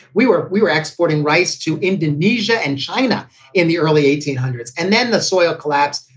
we were we were exporting rice to indonesia and china in the early eighteen hundreds. and then the soil collapsed.